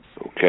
Okay